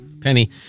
penny